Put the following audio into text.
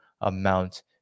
amount